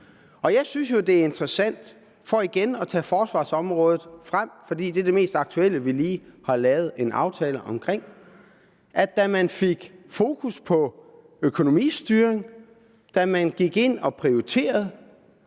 Jeg synes jo, det er interessant – her vil jeg igen tage forsvarsområdet, fordi det er det mest aktuelle, som vi har lige lavet en aftale om – at da man fik fokus på økonomistyring, da man gik ind og prioriterede,